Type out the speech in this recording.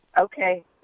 Okay